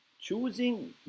choosing